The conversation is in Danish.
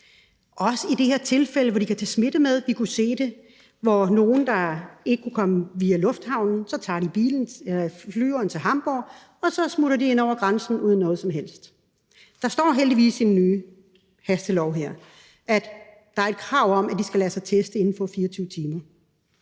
også i det her tilfælde, hvor de kan tage smitte med. Vi kunne se det der, hvor nogen, der ikke kunne komme via lufthavnen, så tog flyveren til Hamborg og smuttede ind over grænsen, uden noget som helst skete. Der står heldigvis i den nye hastelov her, at der er et krav om, at de skal lade sig teste inden for 24 timer,